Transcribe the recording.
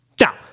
Now